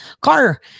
car